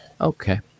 okay